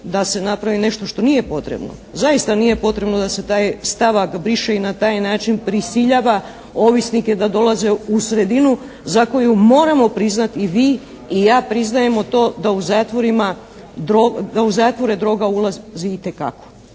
da se napravi nešto što nije potrebno. Zaista nije potrebno da se taj stavak briše i na taj način prisiljava ovisnike da dolaze u sredinu za koju moramo priznati i vi, i ja priznajemo to da u zatvore droga ulazi itekako.